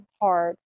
hard